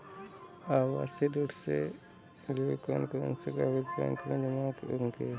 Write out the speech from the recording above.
आवासीय ऋण के लिए कौन कौन से कागज बैंक में जमा होंगे?